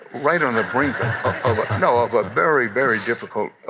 right on the brink of a you know ah but very, very difficult,